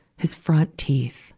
his front teeth,